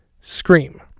Scream